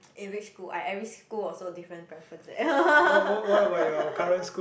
eh which school I every school also different preference eh